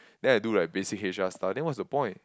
then I do like basic H_R stuff then what's the point